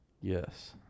Yes